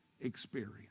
experience